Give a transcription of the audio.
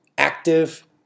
Active